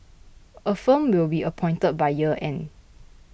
a firm will be appointed by year end